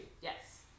Yes